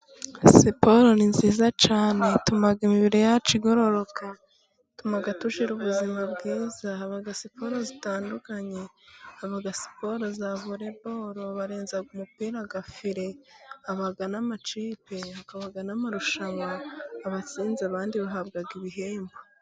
Siporo ni nziza cyane, ituma imibiri yacu igororoka, ituma dugira ubuzima bwiza. Haba siporo zitandukanye, haba siporo za voreboro, barenza umupira agafire, haba n'amakipe, haba n'amarushanwa, abatsinze abandi bahabwa ibihembo.